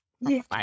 Yes